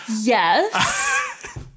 Yes